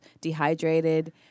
dehydrated